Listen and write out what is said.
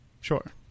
Sure